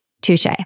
Touche